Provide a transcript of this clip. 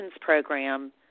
program